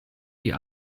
die